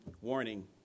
Warning